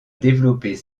développer